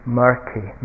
murky